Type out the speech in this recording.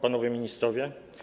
Panowie Ministrowie!